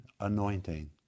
anointing